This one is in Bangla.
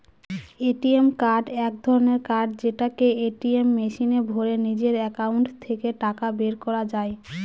এ.টি.এম কার্ড এক ধরনের কার্ড যেটাকে এটিএম মেশিনে ভোরে নিজের একাউন্ট থেকে টাকা বের করা যায়